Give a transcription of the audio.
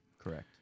Correct